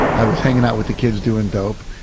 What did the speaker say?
i was hanging out with the kids doing dope.